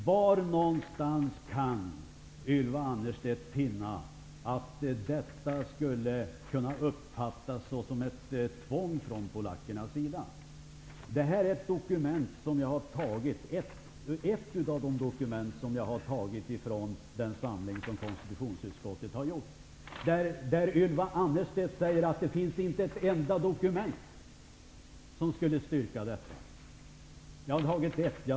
Var någonstans kan Ylva Annerstedt finna att detta skulle från polackernas sida kunna uppfattas som ett tvång? Det här är ett uttalande som finns i den samling av dokument som konstitutionsutskottet har sammanställt. Ylva Annerstedt säger att det inte finns ett enda dokument som kan styrka vad jag har sagt. Jag har visat upp ett dokument.